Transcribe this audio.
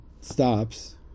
stops